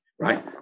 right